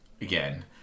again